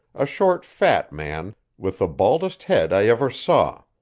a short fat man, with the baldest head i ever saw,